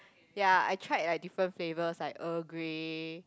ya I tried like different flavours like Earl-Grey